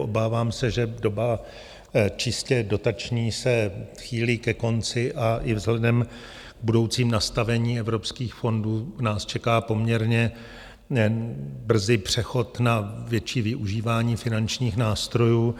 Obávám se, že doba čistě dotační se chýlí ke konci a i vzhledem k budoucímu nastavení evropských fondů nás čeká poměrně brzy přechod na větší využívání finančních nástrojů.